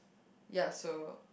ya so